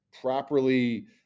properly